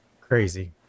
Crazy